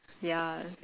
ya